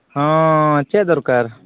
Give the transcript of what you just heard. ᱦᱚᱸ ᱪᱮᱫ ᱫᱚᱨᱠᱟᱨ